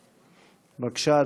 שאילתה מס' 879. בבקשה,